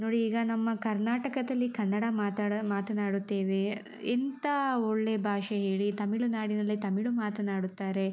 ನೋಡಿ ಈಗ ನಮ್ಮ ಕರ್ನಾಟಕದಲ್ಲಿ ಕನ್ನಡ ಮಾತಾಡು ಮಾತನಾಡುತ್ತೇವೆ ಇಂಥ ಒಳ್ಳೆಯ ಭಾಷೆ ಹೇಳಿ ತಮಿಳುನಾಡಿನಲ್ಲಿ ತಮಿಳು ಮಾತನಾಡುತ್ತಾರೆ